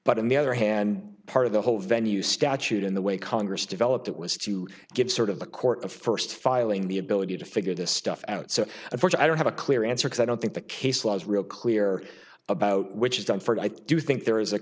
but on the other hand part of the whole venue statute in the way congress developed that was to give sort of the court of first filing the ability to figure this stuff out so of course i don't have a clear answer is i don't think the case law is real clear about which is done for i do think there is a